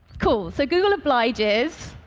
cool. so google obliges,